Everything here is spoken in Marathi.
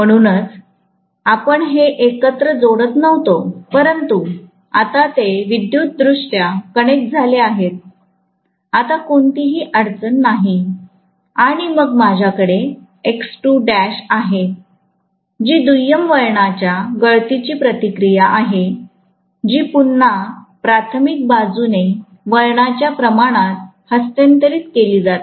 म्हणूनच आपण हे एकत्र जोडत नव्हते परंतु आता ते विद्युत दृष्ट्या कनेक्ट झाले आहेत आता कोणतीही अडचण नाही आणि मग माझ्याकडेआहे जी दुय्यम वळणच्या गळतीची प्रतिक्रिया आहे जी पुन्हा प्राथमिक बाजूने वळणच्या प्रमाणात हस्तांतरित केली जाते